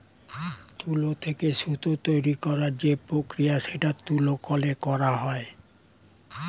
তুলো থেকে সুতো তৈরী করার যে প্রক্রিয়া সেটা তুলো কলে করা হয়